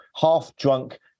half-drunk